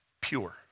pure